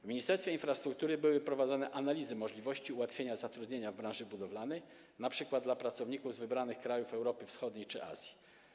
W Ministerstwie Infrastruktury były prowadzone analizy możliwości ułatwienia zatrudniania w branży budowlanej np. pracowników z wybranych krajów Europy Wschodniej czy Azji.